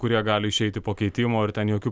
kurie gali išeiti po keitimo ir ten jokių